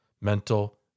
mental